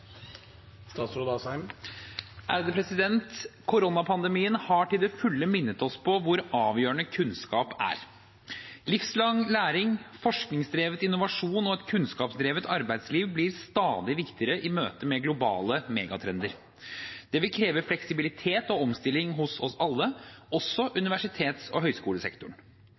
Livslang læring, forskningsdrevet innovasjon og et kunnskapsdrevet arbeidsliv blir stadig viktigere i møte med globale megatrender. Det vil kreve fleksibilitet og omstilling hos oss alle, også universitets- og høyskolesektoren.